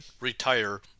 retire